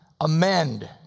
amend